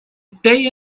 day